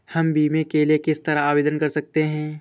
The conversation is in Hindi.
हम बीमे के लिए किस तरह आवेदन कर सकते हैं?